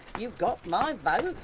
you've got my but